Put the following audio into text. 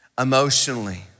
emotionally